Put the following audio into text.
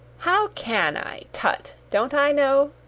how can i? tut, don't i know?